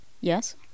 Yes